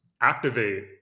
activate